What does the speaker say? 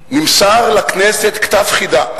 נמסר לכנסת כתב חידה,